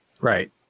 Right